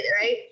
right